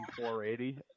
480